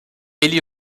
élie